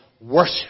worship